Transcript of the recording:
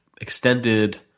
extended